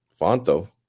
Fonto